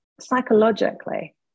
psychologically